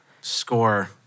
Score